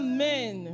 Amen